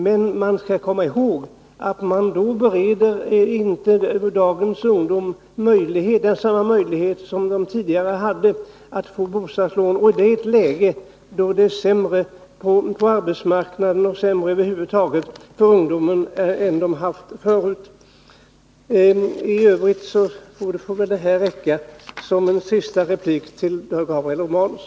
Men vi skall komma ihåg att man då inte bereder dagens ungdom samma möjligheter som tidigare har funnits att få lån, och det i ett läge då det är sämre än förut på arbetsmarknaden och sämre över huvud taget för ungdomen. Detta får räcka som en sista replik till Gabriel Romanus.